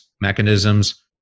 mechanisms